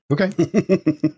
Okay